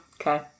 Okay